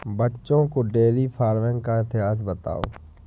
बच्चों को dairy farming का इतिहास बताओ